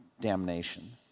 damnation